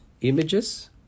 images